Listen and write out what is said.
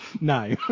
no